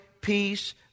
peace